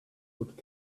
with